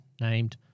named